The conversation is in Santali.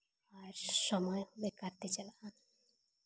ᱟᱨ ᱥᱚᱢᱚᱭ ᱦᱚᱸ ᱵᱮᱠᱟᱨ ᱛᱮ ᱪᱟᱞᱟᱜᱼᱟ